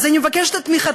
אז אני מבקשת את תמיכתכם.